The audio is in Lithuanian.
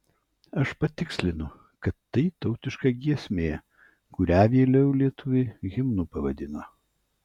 aš patikslinu kad tai tautiška giesmė kurią vėliau lietuviai himnu pavadino